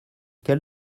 quel